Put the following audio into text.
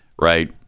Right